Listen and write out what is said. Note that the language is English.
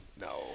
no